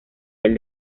del